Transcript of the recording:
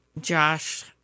josh